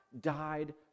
died